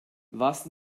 was